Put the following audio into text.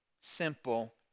simple